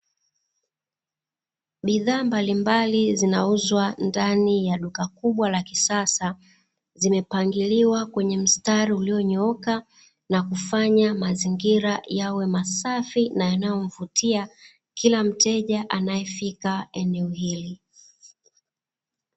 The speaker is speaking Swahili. Bidhaa mbalimbali zinauzwa ndani ya duka kubwa la kisasa, zimepangiliwa kwenye mstari ulionyooka na kufanya mazingira yawe masafi na yanayo mvutia kila mteja anayefika eneo hili.